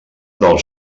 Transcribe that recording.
del